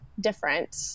different